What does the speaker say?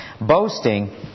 Boasting